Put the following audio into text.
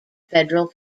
federal